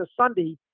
Sunday